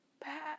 bad